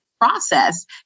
process